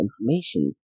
information